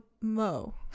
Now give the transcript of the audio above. mo